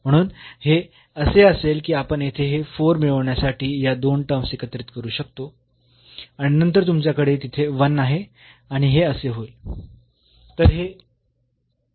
म्हणून हे असे असेल की आपण येथे हे 4 मिळविण्यासाठी या 2 टर्म्स एकत्रित करू शकतो आणि नंतर तुमच्याकडे तिथे 1 आहे आणि हे असे होईल तर हे a असेल